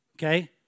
Okay